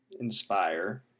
inspire